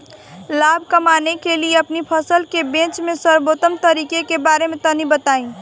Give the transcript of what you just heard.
लाभ कमाने के लिए अपनी फसल के बेचे के सर्वोत्तम तरीके के बारे में तनी बताई?